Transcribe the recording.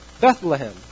Bethlehem